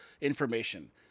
information